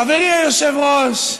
חברי היושב-ראש,